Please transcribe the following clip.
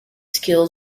skills